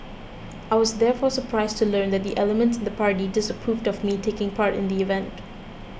I was therefore surprised to learn that elements in the party disapproved of me taking part in the event